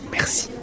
Merci